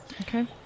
Okay